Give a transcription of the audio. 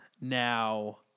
Now